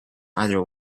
either